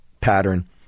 pattern